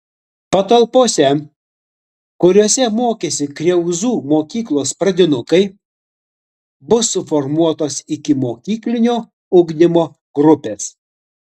patalpose kuriose mokėsi kriauzų mokyklos pradinukai bus suformuotos ikimokyklinio ugdymo grupės